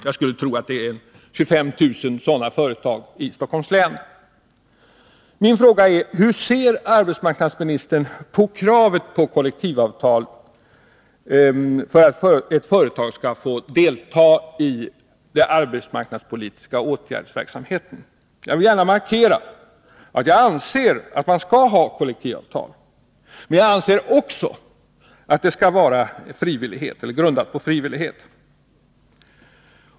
Jag skulle tro att det finns ungefär 25 000 sådana företag i Stockholms län. Min fråga är: Hur ser arbetsmarknadsministern på kravet på kollektivavtal för att ett företag skall få delta i den arbetsmarknadspolitiska åtgärdsverksamheten? Jag vill gärna markera att jag anser att man skall ha kollektivavtal, men jag anser också att det skall vara grundat på frivillighet.